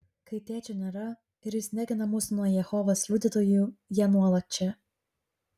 kai tėčio nėra ir jis negina mūsų nuo jehovos liudytojų jie nuolat čia